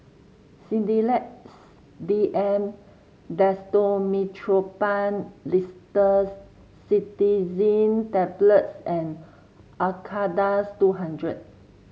Sedilix D M Dextromethorphan Linctus Cetirizine Tablets and Acardust two hundred